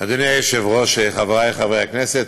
היושב-ראש, חברי חברי הכנסת,